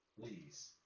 please